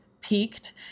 peaked